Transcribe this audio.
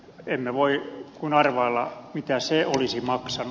emme voi kuin arvailla mitä se olisi maksanut